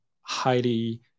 highly